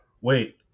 Wait